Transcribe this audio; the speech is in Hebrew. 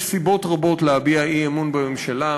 יש סיבות רבות להביע אי-אמון בממשלה,